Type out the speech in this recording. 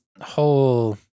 whole